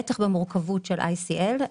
בטח במורכבות של ICL,